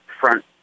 front